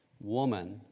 woman